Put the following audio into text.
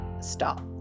stop